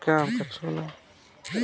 फुहारी सिंचाई के क्या लाभ हैं?